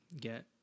get